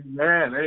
Amen